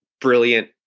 brilliant